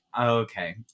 okay